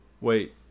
Wait